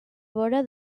vora